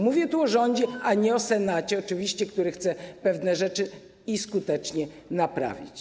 Mówię tu o rządzie, a nie o Senacie oczywiście, który chce pewne rzeczy skutecznie naprawić.